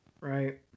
Right